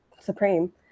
Supreme